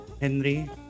Henry